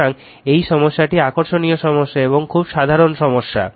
সুতরাং এই সমস্যাটি আকর্ষণীয় সমস্যা এবং খুব সাধারণ সমস্যা